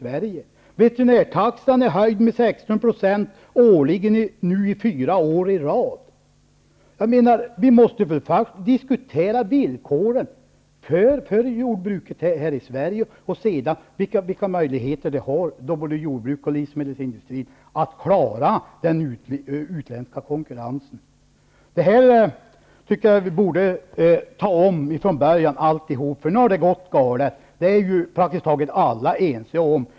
Veterinärtaxan har nu höjts med 16 % årligen fyra år i rad. Vi måste diskutera villkoren för jordbruket här i Sverige och se vilka möjligheter både jordbruk och livsmedelsindustri har för att klara den utländska konkurrensen. Jag tycker att vi borde ta om allt från början, för nu har det gått galet. Det är ju praktiskt taget alla ense om.